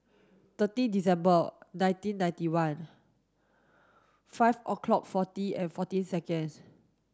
thirty December nineteen ninety one five o'clock forty and fourteen seconds